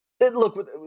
look